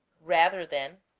rather than,